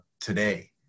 today